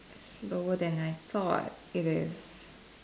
slower than I thought it is